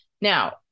Now